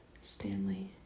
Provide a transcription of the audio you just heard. Stanley